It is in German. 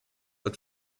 wird